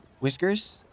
Whiskers